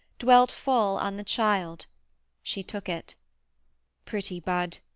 dwelt full on the child she took it pretty bud!